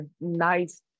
nice